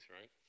right